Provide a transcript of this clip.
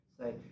say